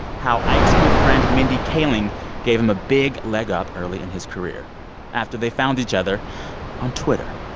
how ike's good friend mindy kaling gave him a big leg up early in his career after they found each other on twitter.